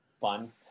fun